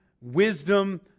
wisdom